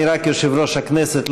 אני רק יושב-ראש הכנסת,